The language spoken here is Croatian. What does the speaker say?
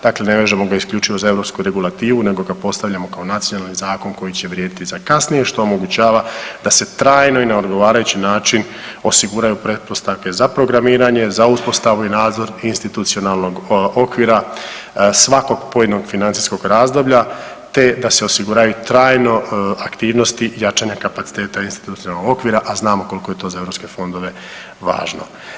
Dakle ne vežemo ga isključivo za europsku regulativu, nego ga postavljamo kao nacionalni zakon koji će vrijediti za kasnije što omogućava da se trajno i na odgovarajući način osiguraju pretpostavke za programiranje, za uspostavu i nadzor institucionalnog okvira svakog pojedinog financijskog razdoblja te da se osiguraju trajno aktivnosti jačanja kapaciteta institucionalnog okvira, a znamo koliko je to za europske fondove važno.